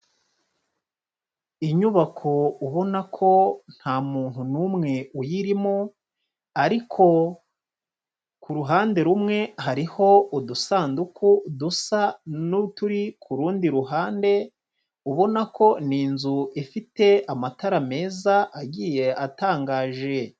Inyubako ubona ko nta muntu n'umwe uyirimo ariko ku ruhande rumwe hariho udusanduku dusa n'uturi ku rundi ruhande, ubona ko ni inzu ifite amatara meza agiye atangaje.